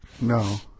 No